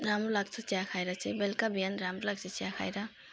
राम्रो लाग्छ चिया खाएर चाहिँ बेलुका बिहान राम्रो लाग्छ चिया खाएर